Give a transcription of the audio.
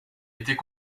était